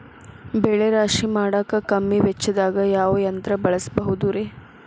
ಬೆಳೆ ರಾಶಿ ಮಾಡಾಕ ಕಮ್ಮಿ ವೆಚ್ಚದಾಗ ಯಾವ ಯಂತ್ರ ಬಳಸಬಹುದುರೇ?